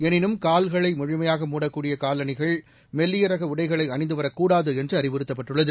எளினும் கால்களை முழுமையாக மூடக்கூடிய காலணிகள் மெல்லிய ரக உடைகளை அணிந்து வரக்கூடாது என்று அறிவுறுத்தப்பட்டுள்ளது